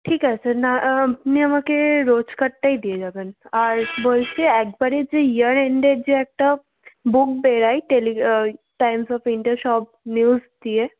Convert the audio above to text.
ঠিক আছে না আপনি আমাকে রোজকারটাই দিয়ে যাবেন আর বলছি একবারের যে ইয়ার এন্ডের যে একটা বুক বেরোয় টেলি টাইমস অফ ইন্ডিয়ার সব নিউজ দিয়ে